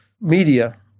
media